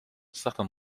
certain